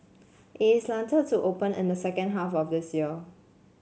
it is slated to open and the second half of this year